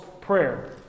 prayer